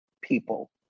people